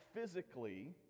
physically